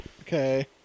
Okay